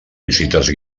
visites